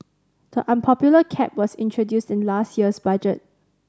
the unpopular cap was introduced in last year's budget